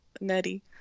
nutty